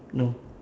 no